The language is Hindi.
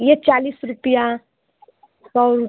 यह चालीस रुपया कौन